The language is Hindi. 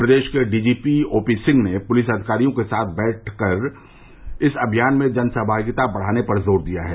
प्रदेश के डीजीपी ओपी सिंह ने पुलिस अधिकारियों के साथ बैठक कर इस अभियान में जनसहमागिता बढ़ाने पर जोर दिया गया है